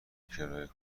کرایه